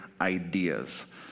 ideas